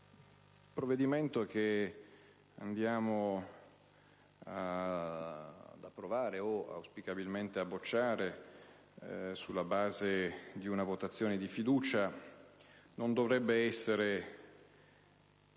il provvedimento che andiamo ad approvare o, auspicabilmente, a bocciare sulla base di una votazione di fiducia non dovrebbe essere